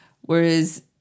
Whereas